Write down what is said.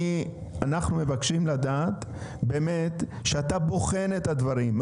אנחנו מבקשים לדעת באמת שאתה בוחן את הדברים,